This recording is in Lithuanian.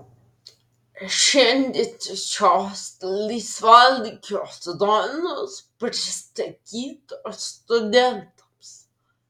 šiandien šios laisvalaikio zonos pristatytos studentams